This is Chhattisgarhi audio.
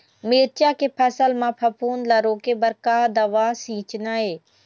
मिरचा के फसल म फफूंद ला रोके बर का दवा सींचना ये?